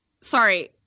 Sorry